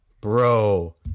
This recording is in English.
bro